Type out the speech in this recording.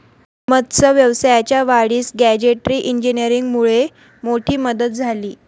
मत्स्य व्यवसायाच्या वाढीस गॅजेटरी इंजिनीअरिंगमुळे मोठी मदत झाली आहे